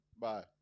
Bye